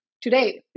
today